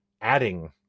adding